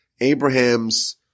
Abraham's